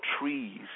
trees